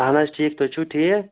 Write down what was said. اَہَن حظ ٹھیٖک تُہۍ چھِو ٹھیٖک